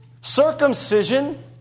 Circumcision